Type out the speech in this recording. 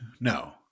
No